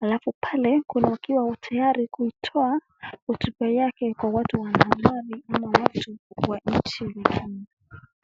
Halafu pale kuna wakiwa wa tayari kuitoa hotuba yake kwa wale watu ambao ni wanahabari ama watu wa nchi ingine.